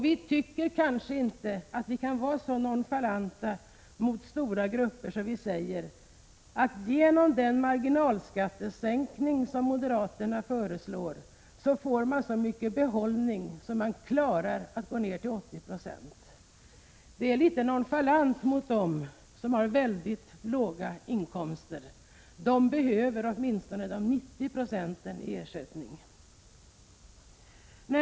Vi tycker inte att vi kan vara så nonchalanta mot stora grupper att vi säger att de genom den marginalskattesänkning som moderaterna föreslår får så stor behållning att man klarar att gå ned till 80 26. Detta är nonchalant mot dem som har mycket låga inkomster. De behöver åtminstone 90 96 i ersättning.